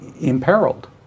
imperiled